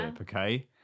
okay